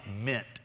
meant